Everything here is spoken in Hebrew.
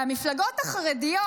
והמפלגות החרדיות,